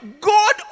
God